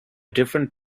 different